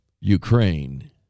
Ukraine